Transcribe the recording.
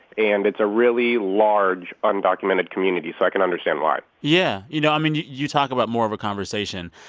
and it's a really large, undocumented community, so i can understand why yeah. yeah. you know, i mean, you you talk about more of a conversation.